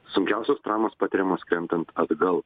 sunkiausios traumos patiriamos krentant atgal